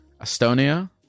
Estonia